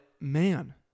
man